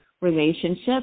relationship